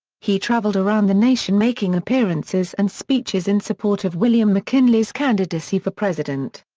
he traveled around the nation making appearances and speeches in support of william mckinley's candidacy for president.